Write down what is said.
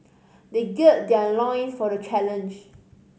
they gird their loins for the challenge